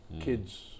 Kids